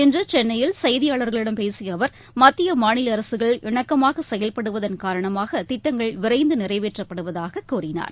இன்று சென்னையில் செய்தியாளர்களிடம் பேசிய அவர் மத்திய மாநில அரசுகள் இணக்கமாக செயல்படுவதன் காரணமாக திட்டங்கள் விரைந்து நிறைவேற்றப்படுவதாக கூறினார்